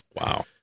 Wow